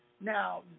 Now